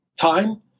time